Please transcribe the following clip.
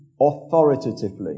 authoritatively